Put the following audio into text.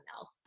else